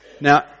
Now